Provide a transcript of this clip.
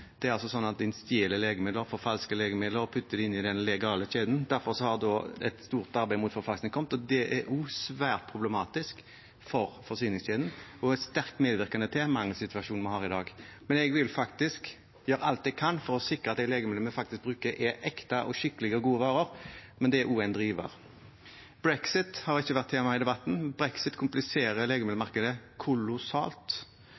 legemidler og putter dem inn i den legale kjeden, og derfor har et stort arbeid mot forfalskning kommet – og er svært problematisk for forsyningskjeden og sterkt medvirkende til mangelsituasjonen vi har i dag. Men jeg vil gjøre alt jeg kan for å sikre at legemidlene vi faktisk bruker, er ekte og skikkelige og gode varer. Det er også en driver. Brexit har ikke vært tema i debatten. Brexit kompliserer